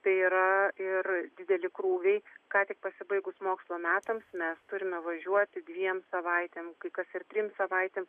tai yra ir dideli krūviai ką tik pasibaigus mokslo metams mes turime važiuoti dviem savaitėm kai kas ir trim savaitėm